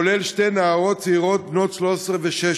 כולל שתי נערות צעירות, בנות 13 ו-16.